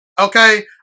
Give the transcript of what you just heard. Okay